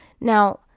Now